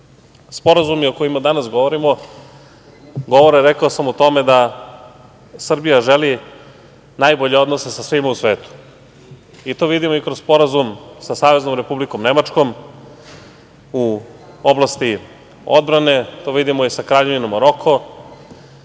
Srbije. Sporazumi o kojima danas govorimo govore, rekao sam, o tome da Srbija želi najbolje odnose sa svima u svetu i to vidimo i kroz Sporazum sa Saveznom Republikom Nemačkom u oblasti odbrane, to vidimo i sa Kraljevinom Maroko.